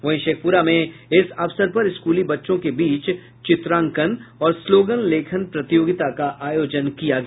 वहीं शेखप्रा में इस अवसर पर स्कूली बच्चों के बीच चित्रांकन और स्लोगन लेखन प्रतियोगिता का आयोजन किया गया